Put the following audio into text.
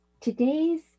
today's